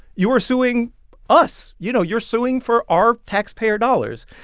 you are suing us. you know, you're suing for our taxpayer dollars.